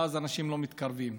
ואז אנשים לא מתקרבים.